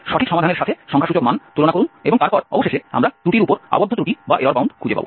সঠিক সমাধানের সাথে সংখ্যাসূচক মান তুলনা করুন এবং তারপর অবশেষে আমরা ত্রুটির উপর আবদ্ধ ত্রুটি খুঁজে পাব